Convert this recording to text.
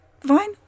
fine